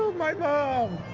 my god.